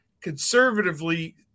conservatively